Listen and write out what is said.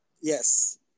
yes